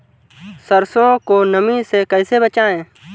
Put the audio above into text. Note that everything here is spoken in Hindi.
सरसो को नमी से कैसे बचाएं?